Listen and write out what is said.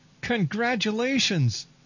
Congratulations